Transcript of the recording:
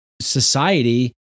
society